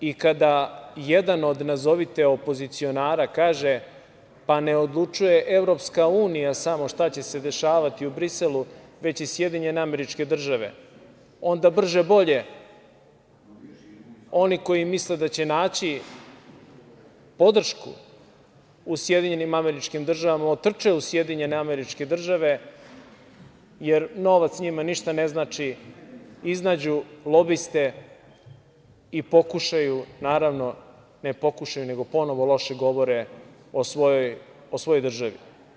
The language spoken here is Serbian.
I kada jedan od nazovite opozicionara kaže – pa ne odlučuje EU samo šta će se dešavati u Briselu, već i SAD, onda brže-bolje oni koji misle da će naći podršku u SAD otrče u SAD, jer novac njima ništa ne znači, iznađu lobiste i pokušaju, ne pokušaju, nego ponovo loše govore o svojoj državi.